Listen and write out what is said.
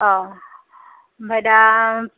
औ ओमफ्राइ दा